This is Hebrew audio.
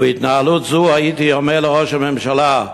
ובהתנהלות זו הייתי אומר לראש הממשלה: